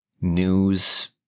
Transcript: news